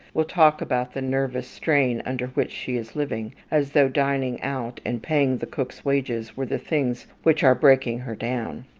will talk about the nervous strain under which she is living, as though dining out and paying the cook's wages were the things which are breaking her down.